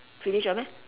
finish all meh